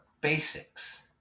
basics